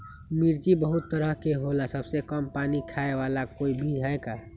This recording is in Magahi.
मिर्ची बहुत तरह के होला सबसे कम पानी खाए वाला कोई बीज है का?